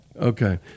okay